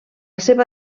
seva